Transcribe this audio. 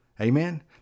Amen